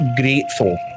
grateful